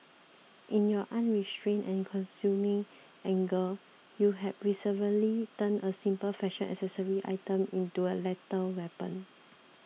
in your unrestrained and consuming anger you had perversely turned a simple fashion accessory item into a lethal weapon